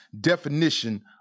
definition